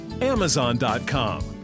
Amazon.com